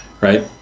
Right